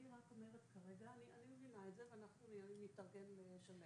אנחנו לא נשלם את התוספת בנפרד.